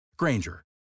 Granger